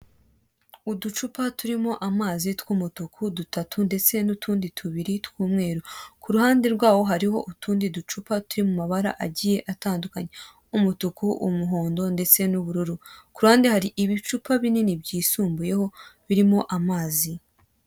Uducupa turimo amazi tw'umutuku dutatu ndetse n'utundi tubiri tw'umweru ku ruhande rwaho hariho utundi ducupa turi mu mabara agiye atandukany umutuku, umuhondo ndetse n'ubururu, ku ruhande hari ibicupa binini byisumbuyeho birimo amazi.